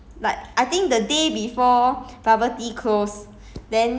then after that 那时 C_B 的时候 hor 看她买